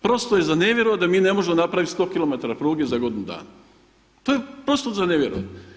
Prosto je za nevjerovat da mi ne možemo napravit 100 km pruge za godinu dana, to je prosto za nevjerovat.